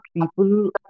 people